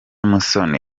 musoni